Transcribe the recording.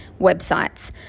websites